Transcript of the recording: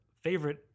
favorite